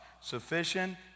Sufficient